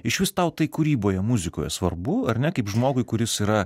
išvis tau tai kūryboje muzikoje svarbu ar ne kaip žmogui kuris yra